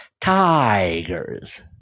Tigers